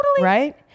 Right